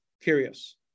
Curious